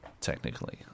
technically